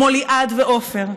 כמו ליעד ועופר,